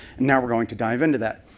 now we're going to dive into that,